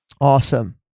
Awesome